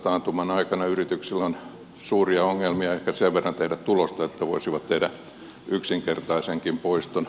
taantuman aikana yrityksillä on suuria ongelmia ehkä sen verran tehdä tulosta että voisivat tehdä yksinkertaisenkin poiston